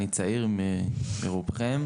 אמנם אני צעיר מרובכם פה.